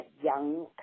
young